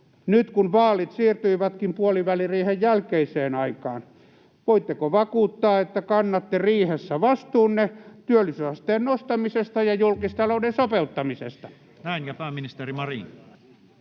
nyt, kun vaalit siirtyivätkin puoliväliriihen jälkeiseen aikaan? Voitteko vakuuttaa, että kannatte riihessä vastuunne työllisyysasteen nostamisesta ja julkistalouden sopeuttamisesta? [Speech 48] Speaker: Toinen